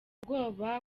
ubwoba